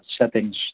settings